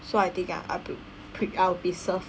so I think I'll be served